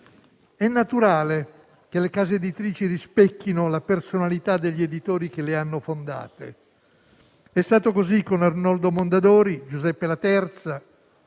È naturale che le case editrici rispecchino la personalità degli editori che le hanno fondate. È stato così con Arnoldo Mondadori, Giuseppe Laterza,